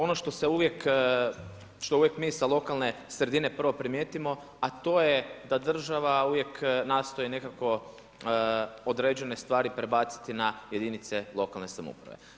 Ono što uvijek mi sa lokalne sredine prvo primijetimo a to je da država uvijek nastoji nekako određene stvari prebaciti na jedinice lokalne samouprave.